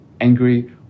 angry